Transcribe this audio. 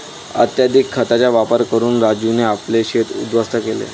अत्यधिक खतांचा वापर करून राजूने आपले शेत उध्वस्त केले